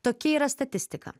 tokia yra statistika